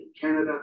Canada